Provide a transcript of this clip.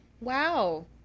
Wow